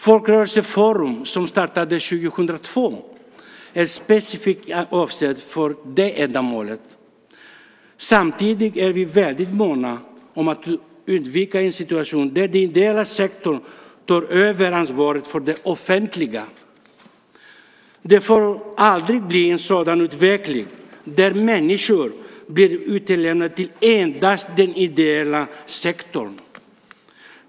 Folkrörelseforum, som startades 2002, är specifikt avsett för det ändamålet. Samtidigt är vi väldigt måna om att undvika en situation där den ideella sektorn tar över ansvar för det offentliga. Det får aldrig bli en utveckling där människor blir utlämnade till endast den ideella sektorn.